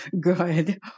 good